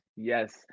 Yes